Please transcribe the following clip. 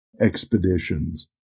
expeditions